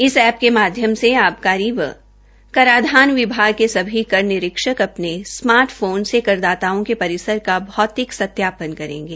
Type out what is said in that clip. इस ऐप के माध्यम से आबकारी एवं कराधान विभाग के सभी कर निरीक्षक अपने स्मार्ट फोन से करदाताओं के परिसर का भौतिक सत्यापन करेंगे